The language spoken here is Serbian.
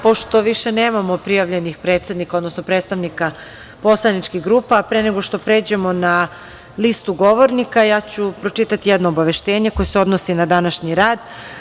Pošto više nemamo prijavljenih predsednika, odnosno predstavnika poslaničkih grupa, pre nego što pređemo na listu govornika, ja ću pročitati jedno obaveštenje koje se odnosi na današnji rad.